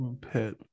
pet